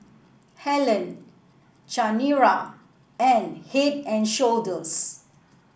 Helen Chanira and Head And Shoulders